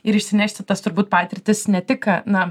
ir išsinešti tas turbūt patirtis ne tik ka na